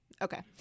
Okay